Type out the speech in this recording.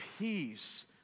peace